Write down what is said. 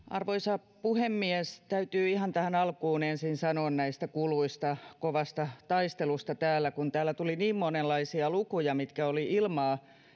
arvoisa puhemies täytyy ihan tähän alkuun ensin sanoa näistä kuluista kovasta taistelusta täällä kun täällä tuli niin monenlaisia lukuja mitkä kuulemma olivat ilmaa